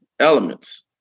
Elements